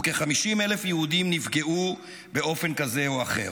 וכ-50,000 יהודים נפגעו באופן כזה או אחר.